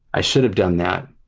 i should have done that,